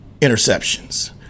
interceptions